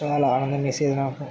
చాలా ఆనందం వేసేది నాకు